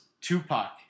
Tupac